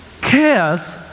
cares